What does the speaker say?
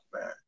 man